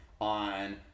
on